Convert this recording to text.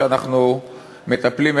שאנחנו מטפלים,